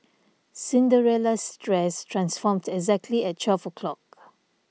Cinderella's dress transformed exactly at twelve o' clock